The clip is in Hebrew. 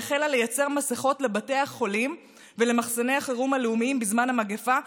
והחלה לייצר מסכות לבתי החולים ולמחסני החירום הלאומיים בזמן המגפה,